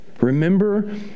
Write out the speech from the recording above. Remember